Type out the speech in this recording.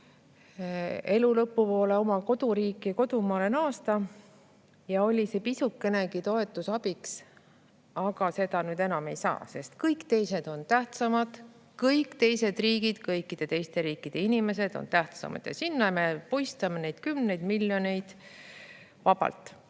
elu lõpu poole oma koduriiki, kodumaale naasta, ja [neile] oli see pisukenegi toetus abiks. Aga seda nüüd enam ei saa, sest kõik teised on tähtsamad, kõik teised riigid, kõikide teiste riikide inimesed on tähtsamad ja sinna me puistame neid kümneid miljoneid vabalt. Teine